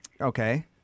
Okay